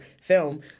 film